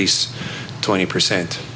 least twenty percent